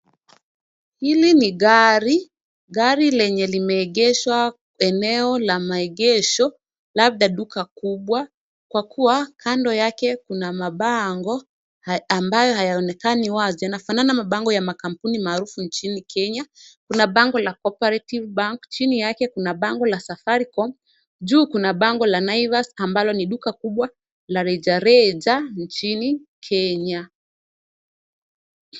Hili ni gari, gari lenye limeegeshwa kwenye eneo la maegesho labda duka kubwa kwa kuwa kando yake kuna mabango ambayo haionekani wazi unafanana na mabango kampuni maarufu inchini Kenya , kuna bango la Cooperative Bank , jini yake kuna bango ya Safaricom. Juu kuna bango la Naivas ambalo ni duka kubwa la rejareja inchini Kenya.